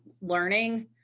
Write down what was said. learning